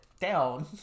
down